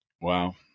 Wow